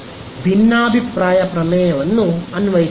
ಭಿನ್ನಾಭಿಪ್ರಾಯ ಪ್ರಮೇಯವನ್ನು ನಾವು ಅನ್ವಯಿಸಿದ್ದೇವೆ